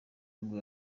nibwo